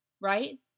right